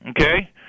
okay